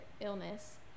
illness